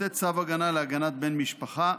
לתת צו הגנה להגנת בן משפחה,